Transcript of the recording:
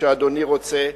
כשאדוני רוצה.